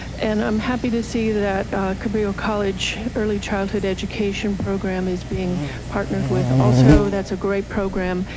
and i'm happy to see that cabrillo college early childhood education program is being partnered with also that's a great program.